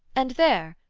and there!